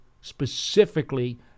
specifically